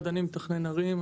אני מתכנן ערים,